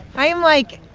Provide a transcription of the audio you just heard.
i am, like.